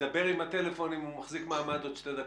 מהטלפון להזין אירוע בשטח ולא נצטרך